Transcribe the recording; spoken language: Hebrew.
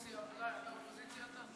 אתה אופוזיציה, אתה?